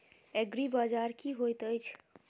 एग्रीबाजार की होइत अछि?